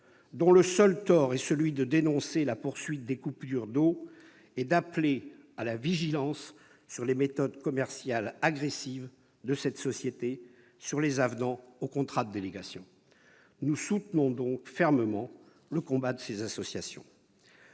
dont le seul tort est de dénoncer la poursuite des coupures d'eau et d'appeler à la vigilance sur les méthodes commerciales agressives de cette société en matière d'avenants aux contrats de délégations. Nous soutenons donc fermement le combat de ces associations.